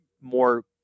more